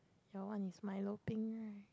your one is milo peng right